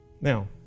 Now